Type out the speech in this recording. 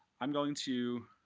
i'm going to